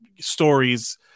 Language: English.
stories